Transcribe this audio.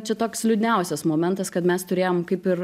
čia toks liūdniausias momentas kad mes turėjom kaip ir